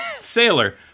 Sailor